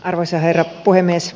arvoisa herra puhemies